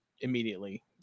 immediately